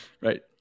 right